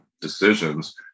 decisions